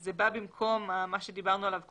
זה בא במקום מה שדיברנו עליו קודם,